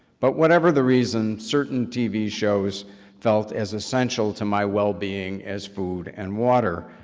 but whatever the reason, certain tv shows felt as essentially to my well being as food and water.